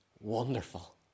wonderful